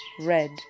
red